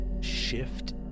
shift